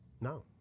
No